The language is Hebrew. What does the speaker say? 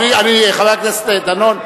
חבר הכנסת דנון,